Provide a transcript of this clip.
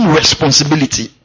responsibility